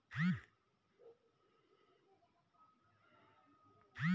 ऋण राशि मेरे बचत खाते में ट्रांसफर कर सकते हैं?